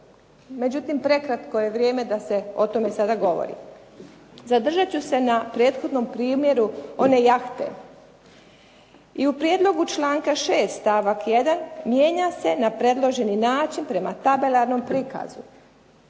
Međutim, prekratko je vrijeme da se o tome sada govori. Zadržat ću se na prethodnom primjeru one jahte. I u prijedlogu članka 6. stavak 1. mijenja se na predloženi način prema tabelarnom prikazu,